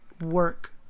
work